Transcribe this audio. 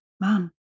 mom